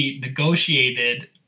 negotiated